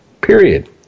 period